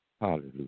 Hallelujah